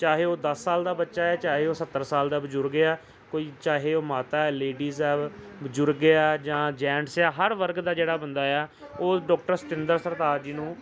ਚਾਹੇ ਉਹ ਦਸ ਸਾਲ ਦਾ ਬੱਚਾ ਹੈ ਚਾਹੇ ਉਹ ਸੱਤਰ ਸਾਲ ਦਾ ਬਜ਼ੁਰਗ ਆ ਕੋਈ ਚਾਹੇ ਉਹ ਮਾਤਾ ਲੇਡੀਜ਼ ਹੈ ਬਜ਼ੁਰਗ ਆ ਜਾਂ ਜੈਂਟਸ ਆ ਹਰ ਵਰਗ ਦਾ ਜਿਹੜਾ ਬੰਦਾ ਆ ਉਹ ਡਾਕਟਰ ਸਤਿੰਦਰ ਸਰਤਾਜ ਜੀ ਨੂੰ